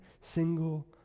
single